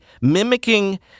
mimicking